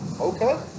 Okay